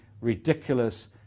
ridiculous